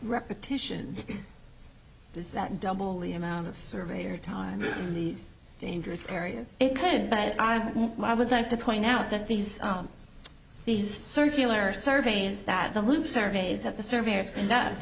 repetition does that double the amount of surveyor time in these dangerous areas it could but i would like to point out that these these circular surveys that the loop surveys at the survey